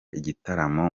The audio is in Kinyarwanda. igitaramo